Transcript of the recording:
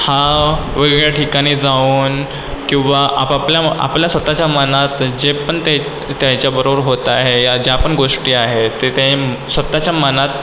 हा वेगवेगळ्या ठिकाणी जाऊन किंवा आपापल्या आपल्या स्वतःच्या मनात जे पण ते त्याच्याबरोबर होतं आहे या ज्या पण गोष्टी आहेत ते त्या स्वतःच्या मनात